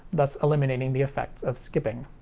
thus eliminating the effects of skipping.